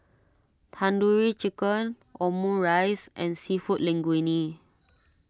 Tandoori Chicken Omurice and Seafood Linguine